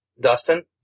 Dustin